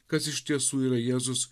kas iš tiesų yra jėzus